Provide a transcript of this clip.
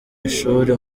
ishuri